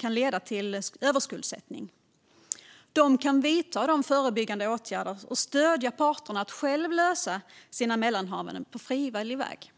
kan hamna i överskuldsättning. Myndigheten kan vidta förebyggande åtgärder samt stödja parterna att själva lösa sina mellanhavanden på frivillig väg.